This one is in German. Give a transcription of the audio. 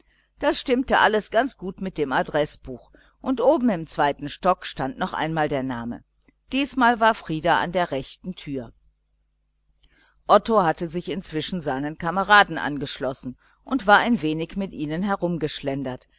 das stimmte alles ganz gut mit dem adreßbuch und oben im zweiten stock stand noch einmal der name diesmal war frieder an der rechten türe otto hatte sich inzwischen seinen kameraden angeschlossen und war ein wenig mit ihnen